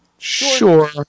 Sure